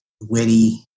witty